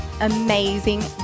amazing